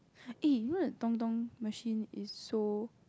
eh you know the machine is so